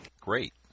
Great